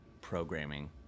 programming